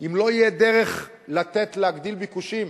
אם לא תהיה דרך להגדיל ביקושים,